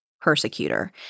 Persecutor